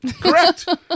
Correct